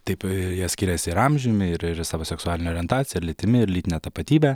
taip i jie skiriasi ir amžiumi ir ir savo seksualine orientacija ir lytimi ir lytine tapatybe